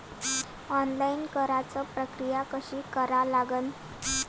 Online कराच प्रक्रिया कशी करा लागन?